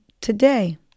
today